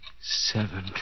Seven